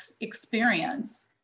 experience